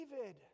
David